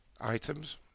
items